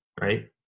right